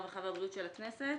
הרווחה והבריאות של הכנסת...."